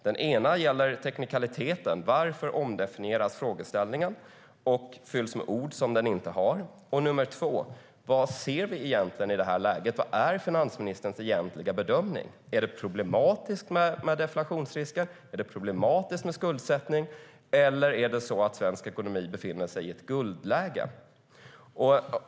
Den ena gäller en teknikalitet: Varför omdefinieras frågeställningen och fylls med ord som den inte innehåller? Vad ser vi i det här läget? Vad är finansministerns egentliga bedömning? Är det problematiskt med deflationsrisken och med skuldsättning, eller är det så att svensk ekonomi befinner sig i ett guldläge?